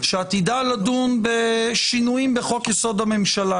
שעתידה לדון בשינויים בחוק יסוד: הממשלה.